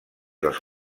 dels